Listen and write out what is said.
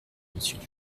monsieur